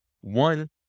One